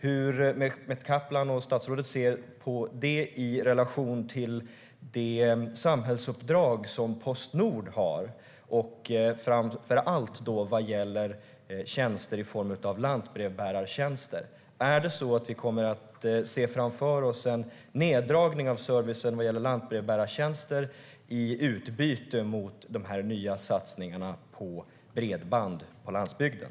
Hur ser statsrådet Mehmet Kaplan på detta i relation till det samhällsuppdrag Postnord har, framför allt vad gäller tjänster som lantbrevbärartjänster? Är det så att vi kommer att få se en neddragning av servicen när det gäller lantbrevbärartjänster, i utbyte mot de nya satsningarna på bredband på landsbygden?